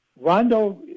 Rondo